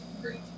great